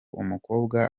umukobwa